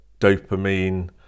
dopamine